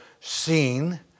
seen